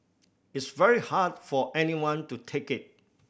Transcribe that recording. it's very hard for anyone to take it